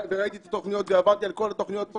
ראיתי את התוכניות ועברתי על כל התוכניות פה